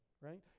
right